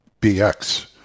BX